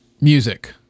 music